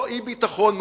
אותו אי-ביטחון,